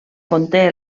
conté